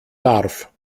darf